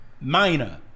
Minor